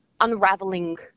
unraveling